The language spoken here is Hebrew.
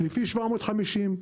לפי 750,